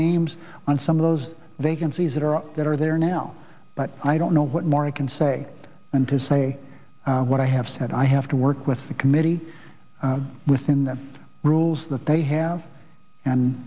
names on some of those vacancies that are that are there now but i don't know what more i can say and to say what i have said i have to work with the committee within the rules that they have and